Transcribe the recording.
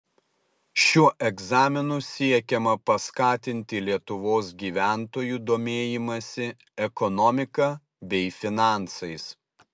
šiuo egzaminu siekiama paskatinti lietuvos gyventojų domėjimąsi ekonomika bei finansais